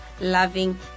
loving